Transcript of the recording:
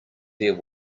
there